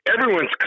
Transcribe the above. everyone's